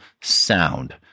sound